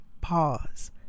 Pause